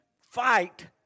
fight